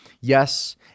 Yes